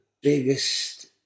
biggest